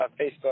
Facebook